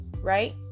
right